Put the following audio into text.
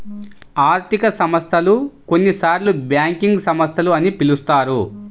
ఆర్థిక సంస్థలు, కొన్నిసార్లుబ్యాంకింగ్ సంస్థలు అని పిలుస్తారు